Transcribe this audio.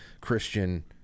Christian